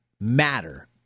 matter